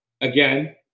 again